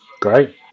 Great